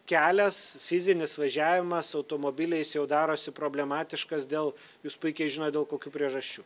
kelias fizinis važiavimas automobiliais jau darosi problematiškas dėl jūs puikiai žinot dėl kokių priežasčių